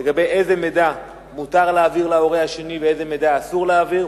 לגבי איזה מידע מותר להעביר להורה השני ואיזה מידע אסור להעביר.